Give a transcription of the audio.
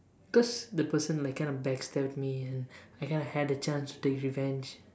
cause the person like kind of back stabbed me and I kind of had the chance to take revenge